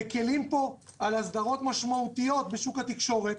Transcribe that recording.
מקלים פה באסדרות משמעויות בשוק התקשורת,